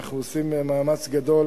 אנחנו עושים מאמץ גדול